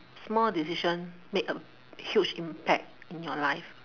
small decision made a huge impact in your life